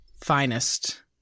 finest